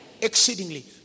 exceedingly